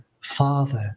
Father